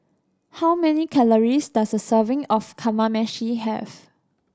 how many calories does a serving of Kamameshi have